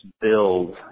build